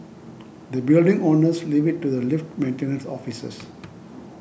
the building owners leave it to the lift maintenance officers